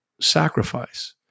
sacrifice